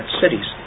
cities